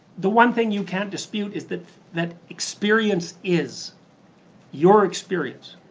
the one thing you can't dispute is that that experience is your experience.